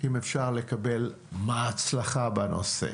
אם אפשר לקבל מה ההצלחה בנושא?